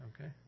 Okay